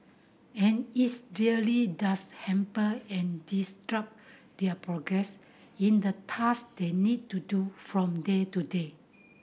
and it's really does hamper and disrupt their progress in the task they need to do from day to day